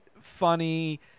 funny